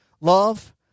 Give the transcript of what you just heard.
love